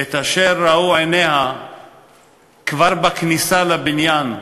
את אשר ראו עיניה כבר בכניסה לבניין,